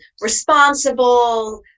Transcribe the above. responsible